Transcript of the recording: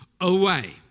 away